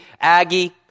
Aggie